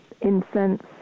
incense